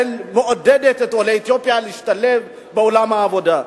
שמעודדת את עולי אתיופיה להשתלב בעולם העבודה.